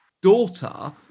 daughter